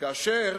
כאשר